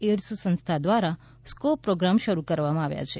AIDS સંસ્થા દ્વારા scope programme શરૂ કરવામાં આવ્યા છે